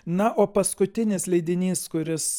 na o paskutinis leidinys kuris